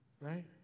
right